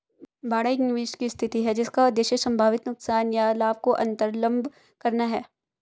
बाड़ा एक निवेश की स्थिति है जिसका उद्देश्य संभावित नुकसान या लाभ को अन्तर्लम्ब करना है